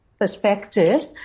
perspective